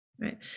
Right